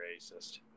racist